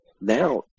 Now